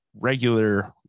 regular